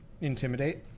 Intimidate